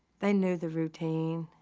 they knew the routine.